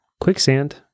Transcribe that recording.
quicksand